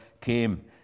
came